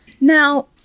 Now